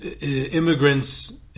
immigrants